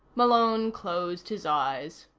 malone closed his eyes.